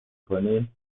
کنین